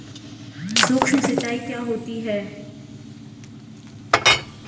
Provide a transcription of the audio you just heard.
सुक्ष्म सिंचाई क्या होती है?